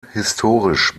historisch